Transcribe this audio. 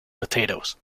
potatoes